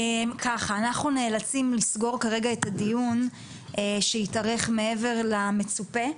אנחנו נאלצים לסגור כרגע את הדיון שהתארך מעבר למצופה.